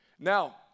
Now